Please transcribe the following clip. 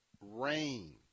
rain